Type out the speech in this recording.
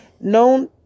known